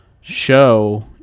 show